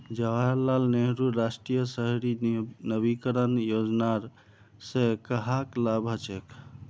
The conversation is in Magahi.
जवाहर लाल नेहरूर राष्ट्रीय शहरी नवीकरण योजनार स कहाक लाभ हछेक